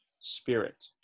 spirit